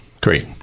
Great